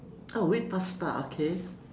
oh wheat pasta okay